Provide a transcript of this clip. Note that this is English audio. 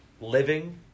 living